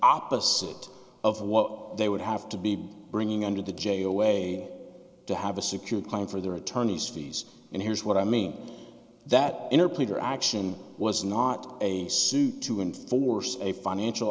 opposite of what they would have to be bringing under the jail way to have a secure claim for their attorneys fees and here's what i mean that inner peter auction was not a suit to enforce a financial